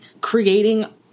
creating